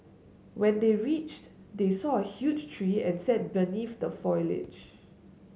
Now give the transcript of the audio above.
when they reached they saw a huge tree and sat beneath the foliage